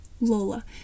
Lola